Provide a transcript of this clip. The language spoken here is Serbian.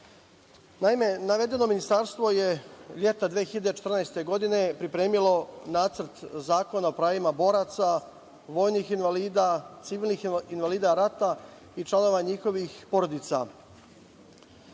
Naime, navedeno ministarstvo je leta 2014. godine pripremilo Nacrt zakona o pravima boraca, vojnih invalida, civilnih invalida rata i članova njihovih porodica.